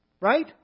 Right